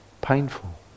painful